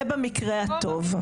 זה במקרה הטוב.